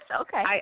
Okay